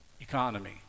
economy